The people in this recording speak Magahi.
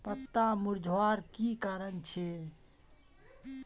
पत्ताला मुरझ्वार की कारण छे?